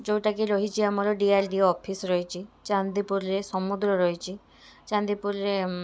ଯେଉଁଟା କି ରହିଛି ଆମର D R D O office ରହିଛି ଚାନ୍ଦିପୁର୍ରେ ସମୁଦ୍ର ରହିଛି ଚାନ୍ଦିପୁର୍ରେ